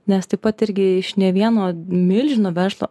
nes taip pat irgi iš ne vieno milžino verslo